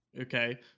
Okay